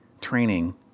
training